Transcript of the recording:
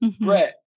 Brett